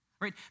right